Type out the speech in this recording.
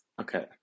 okay